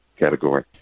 category